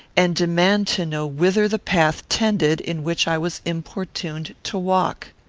and demand to know whither the path tended in which i was importuned to walk.